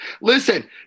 Listen